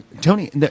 Tony